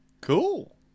Cool